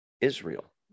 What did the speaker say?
Israel